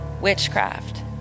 witchcraft